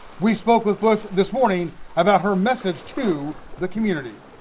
we spoke with bush this morning about her message to the community.